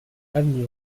avenue